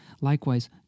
Likewise